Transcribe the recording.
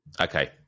Okay